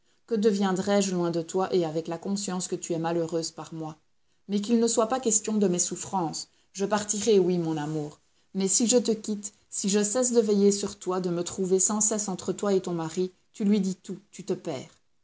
que deviendrai-je loin de toi et avec la conscience que tu es malheureuse par moi mais qu'il ne soit pas question de mes souffrances je partirai oui mon amour mais si je te quitte si je cesse de veiller sur toi de me trouver sans cesse entre toi et ton mari tu lui dis tout tu te perds